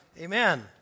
Amen